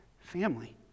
family